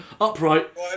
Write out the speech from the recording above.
upright